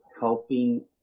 helping